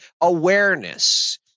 awareness